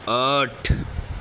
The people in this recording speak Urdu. آٹھ